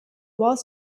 wars